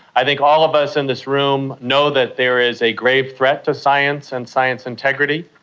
i think all of us in this room know that there is a grave threat to science and science integrity.